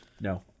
No